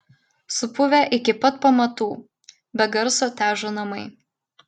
supuvę iki pat pamatų be garso težo namai